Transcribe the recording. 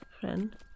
friend